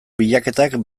bilaketak